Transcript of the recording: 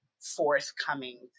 forthcoming